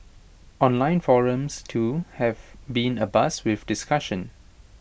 online forums too have been abuzz with discussion